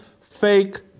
fake